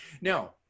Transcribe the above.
Now